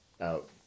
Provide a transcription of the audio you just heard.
out